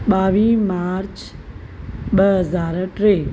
ॿावीह मार्च ॿ हज़ार टे